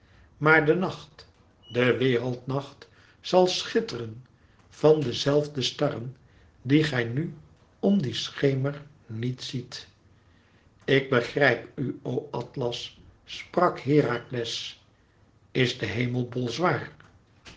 maar de nacht de wereldnacht zal schitteren van de zelfde starren die gij nu om dien schemer niet ziet ik begrijp u o atlas sprak herakles is de hemelbol zwaar